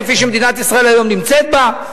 כפי שמדינת ישראל היום נמצאת בה,